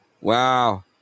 Wow